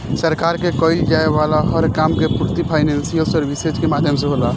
सरकार के कईल जाये वाला हर काम के पूर्ति फाइनेंशियल सर्विसेज के माध्यम से होला